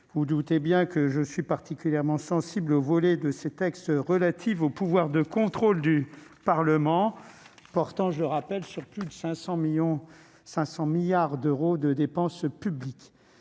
vous vous en doutez, particulièrement sensible aux volets de ces textes relatifs aux pouvoirs de contrôle du Parlement, qui portent, je le rappelle, sur plus de 500 milliards d'euros de dépenses publiques.